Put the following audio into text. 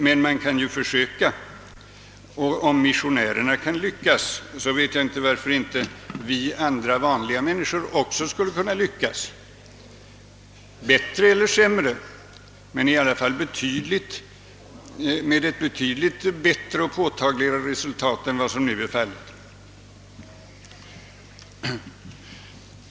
Men man kan ju försöka, och om missionärerna kan lyckas förstår jag inte varför vi andra vanliga människor inte också skall kunna göra det. Det kan gå bra eller mindre bra, men skulle i alla fall ge ett betydligt bättre och påtagligare resultat än som nu är fallet.